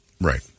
Right